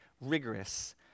rigorous